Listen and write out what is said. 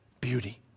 beauty